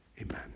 amen